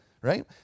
right